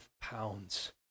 pounds